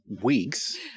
weeks